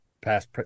past